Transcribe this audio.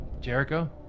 Jericho